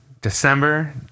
December